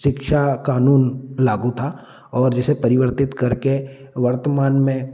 शिक्षा कानून लागू था और जिसे परिवर्तित करके वर्तमान में